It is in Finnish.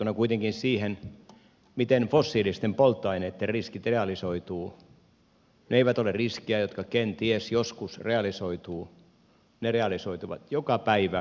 verrattuna kuitenkin siihen miten fossiilisten polttoaineitten riskit realisoituvat ne eivät ole riskejä jotka kenties joskus realisoituvat vaan ne realisoituvat joka päivä kaiken aikaa